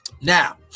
Now